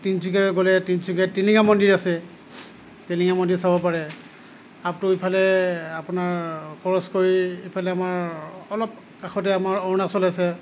তিনিচুকীয়ালৈ গ'লে তিনিচুকীয়াত টিলিঙা মন্দিৰ আছে টিলিঙা মন্দিৰ চাব পাৰে আপটো ইফালে আপোনাৰ ক্ৰছ কৰি এইফালে আমাৰ অলপ কাষতে আমাৰ অৰুণাচল আছে